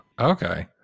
Okay